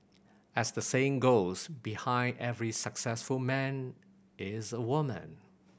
as the saying goes behind every successful man is a woman